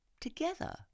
together